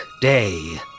day